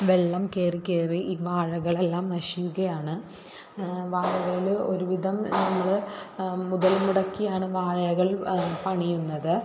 വെള്ളം കയറിക്കയറി ഈ വാഴകളെല്ലാം നശിക്കുകയാണ് വാഴകളിൽ ഒരുവിധം നമ്മൾ മുതൽ മുടക്കിയാണ് വാഴകൾ പണിയുന്നത്